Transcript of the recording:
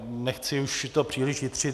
Nechci už to příliš jitřit.